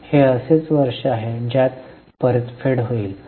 हे असेच वर्ष आहे ज्यात परतफेड होईल